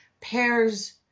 pairs